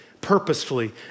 purposefully